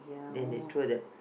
then they throw that